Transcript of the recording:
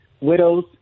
widows